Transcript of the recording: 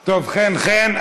טוב, חן-חן.